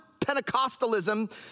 Pentecostalism